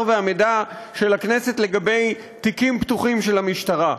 והמידע של הכנסת לגבי תיקים פתוחים של המשטרה.